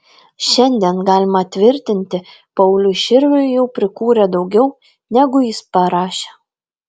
šiandien galima tvirtinti pauliui širviui jau prikūrė daugiau negu jis parašė